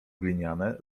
gliniane